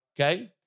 okay